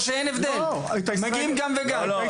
או שאין הבדל ומגיעים גם וגם.